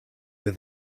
were